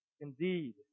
Indeed